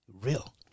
real